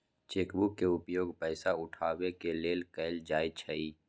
cheque book के उपयोग पइसा उठाबे के लेल कएल जाइ छइ